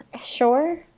sure